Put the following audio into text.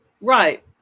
right